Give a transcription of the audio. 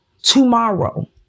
tomorrow